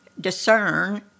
discern